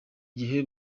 gihe